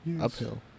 uphill